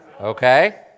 okay